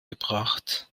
gebracht